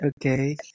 Okay